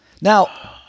Now